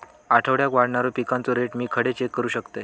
आठवड्याक वाढणारो पिकांचो रेट मी खडे चेक करू शकतय?